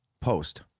post